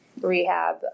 rehab